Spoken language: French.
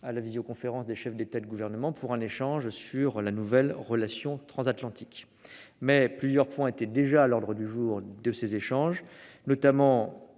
à la visioconférence des chefs d'État et de gouvernement pour un échange sur la nouvelle relation transatlantique. Plusieurs points étaient déjà à l'ordre du jour de ces échanges, notamment